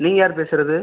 நீங்கள் யார் பேசுவது